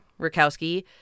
Rakowski